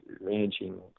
ranching